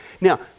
now